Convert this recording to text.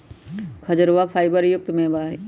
खजूरवा फाइबर युक्त मेवा हई